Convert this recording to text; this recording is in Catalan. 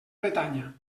bretanya